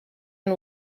and